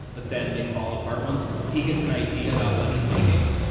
but then they fall apart once he gets an idea about what he's making.